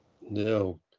No